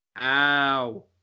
Ow